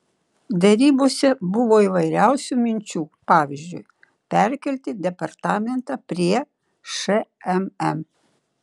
derybose buvo įvairiausių minčių pavyzdžiui perkelti departamentą prie šmm